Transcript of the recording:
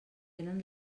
tenen